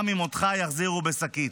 גם אם אותך יחזירו בשקית.